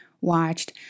watched